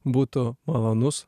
būtų malonus